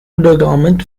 undergarment